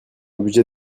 budget